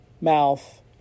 mouth